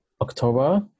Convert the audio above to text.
October